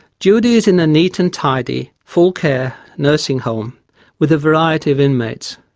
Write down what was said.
judy is in a neat and tidy full care nursing home with a variety of inmates.